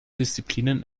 disziplinen